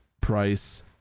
price